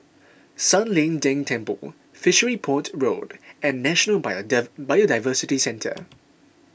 San Lian Deng Temple Fishery Port Road and National Biodiversity Centre